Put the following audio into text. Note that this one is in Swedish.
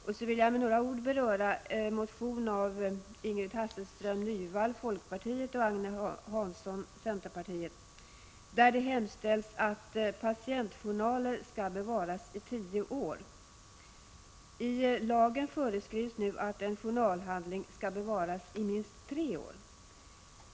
Jag vill med några ord beröra en motion av Ingrid Hasselström Nyvall från folkpartiet och Agne Hansson från centerpartiet, i vilken hemställs att patientjournaler skall bevaras i tio år. I lagen föreskrivs att en journalhand ling skall bevaras i minst tre år.